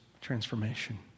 transformation